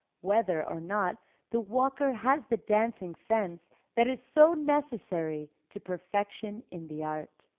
whether or not the walker has the dancing sense that is so necessary to perfection in the art.